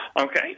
Okay